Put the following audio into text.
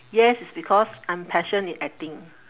yes is because I'm passion in acting